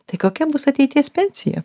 tai kokia bus ateities pensija